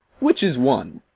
which is one?